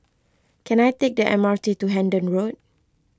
can I take the M R T to Hendon Road